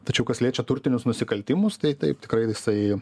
tačiau kas liečia turtinius nusikaltimus tai taip tikrai jisai